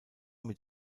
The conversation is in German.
mit